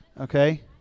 Okay